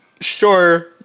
Sure